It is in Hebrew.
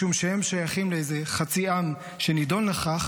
משום שהם שייכים לאיזה חצי עם שנדון לכך,